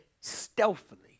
stealthily